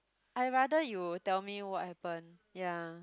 I rather you tell me what happen ya